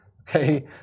okay